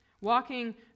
Walking